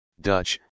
Dutch